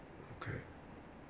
okay